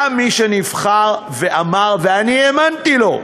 היה מי שנבחר ואמר, ואני האמנתי לו,